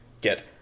get